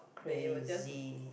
crazy